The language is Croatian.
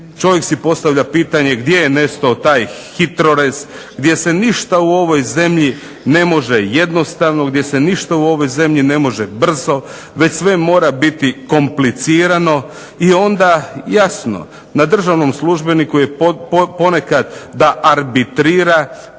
Čovjek si postavlja pitanje gdje je nestao taj HITROREZ gdje se ništa u ovoj zemlji ne može jednostavno, gdje se ništa u ovoj zemlji ne može brzo već sve mora biti komplicirano. I onda jasno na državnom službeniku je ponekad da arbitrira,